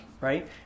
right